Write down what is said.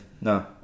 no